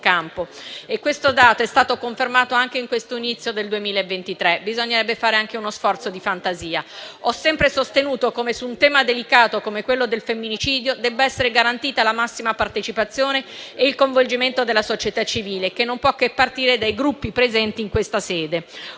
campo. Questo dato è stato confermato anche in questo inizio del 2023; bisognerebbe fare anche uno sforzo di fantasia. Ho sempre sostenuto che, su un tema delicato come quello del femminicidio, debba essere garantita la massima partecipazione e il coinvolgimento della società civile, che non può che partire dai Gruppi presenti in questa sede.